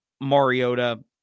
Mariota